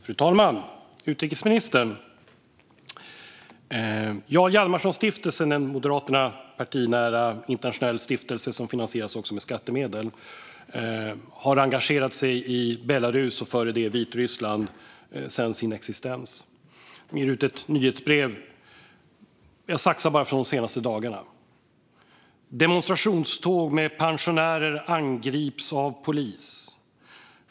Fru talman och utrikesministern! Jarl Hjalmarson-stiftelsen, en Moderaterna partinära internationell stiftelse som också finansieras med skattemedel, har engagerat sig i Belarus, dessförinnan Vitryssland, under hela sin existens. Den ger ut ett nyhetsbrev, och jag saxar från bara de senaste dagarna: Demonstrationståg med pensionärer angrips av polis.